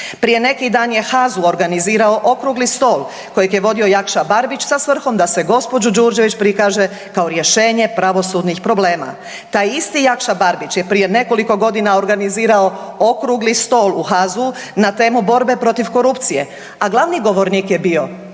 prije neki dan je HAZU organizirao okrugli stol kojeg je vodio Jakša Barbić sa svrhom da se gđu. Đurđević prikaže kao rješenje pravosudnih problema. Taj isti Jakša Barbić je prije nekoliko godina organizirao okrugli stol u HAZU-u na temelju borbe protiv korupcije, a glavni govornik je bio